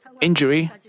injury